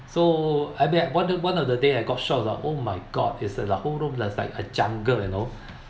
so I mean one one of the day I got shock oh my god is the whole room is like a jungle you know